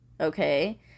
okay